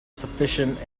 sufficient